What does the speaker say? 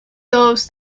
those